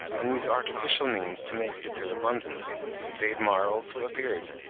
and use artificial means to make it appear abundant they admire also a beard,